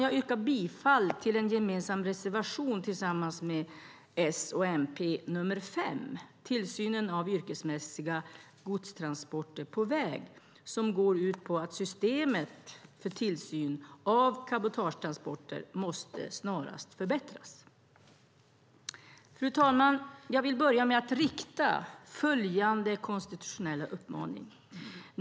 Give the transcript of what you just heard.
Jag yrkar bifall till en gemensam reservation med S och MP, nr 5, Tillsynen av yrkesmässiga godstransporter på väg, som går ut på att systemet för tillsyn av cabotagetransporter snarast måste förbättras. Fru talman! Jag vill börja med att rikta följande konstitutionella uppmaning.